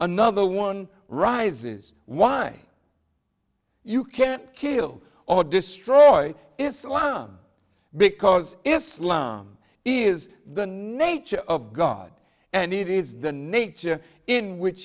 another one rises why you can't kill or destroy islam because islam is the nature of god and it is the nature in which